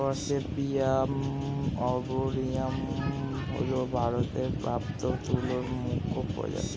gossypium arboreum হল ভারতে প্রাপ্ত তুলোর মুখ্য প্রজাতি